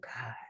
God